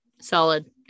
solid